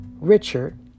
Richard